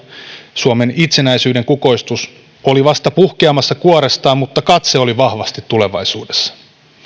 suomen itsenäisyyden kukoistus oli vasta puhkeamassa kuorestaan mutta katse oli vahvasti tulevaisuudessa